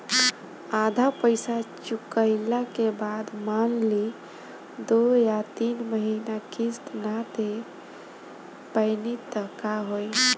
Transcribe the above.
आधा पईसा चुकइला के बाद मान ली दो या तीन महिना किश्त ना दे पैनी त का होई?